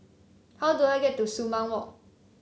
how do I get to Sumang Walk